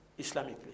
Islamically